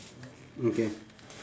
okay